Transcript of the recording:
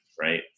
right